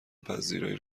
پذیرایی